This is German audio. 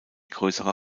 größerer